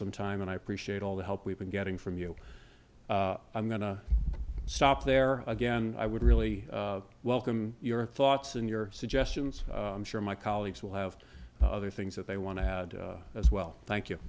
some time and i appreciate all the help we've been getting from you i'm going to stop there again i would really welcome your thoughts and your suggestions i'm sure my colleagues will have other things that they want to have as well thank you